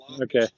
okay